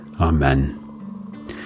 Amen